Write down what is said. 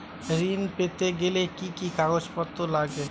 ঋণ পেতে গেলে কি কি কাগজপত্র লাগে?